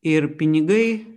ir pinigai